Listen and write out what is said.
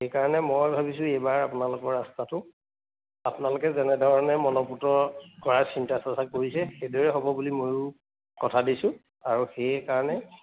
সেইকাৰণে মই ভাবিছোঁ এইবাৰ আপোনালোকৰ ৰাস্তাটো আপোনালোকে যেনেধৰণে মনপুত কৰাৰ চিন্তা চৰ্চা কৰিছে সেইদৰে হ'ব বুলি ময়ো কথা দিছোঁ আৰু সেইকাৰণে